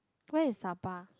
where is Saba